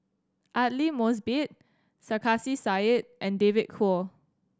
Aidli Mosbit Sarkasi Said and David Kwo